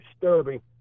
disturbing